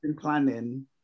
planning